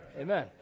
Amen